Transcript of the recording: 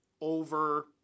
over